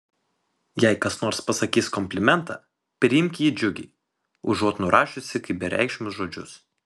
jei kas nors pasakys komplimentą priimk jį džiugiai užuot nurašiusi kaip bereikšmius žodžius